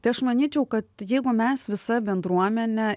tai aš manyčiau kad jeigu mes visa bendruomenė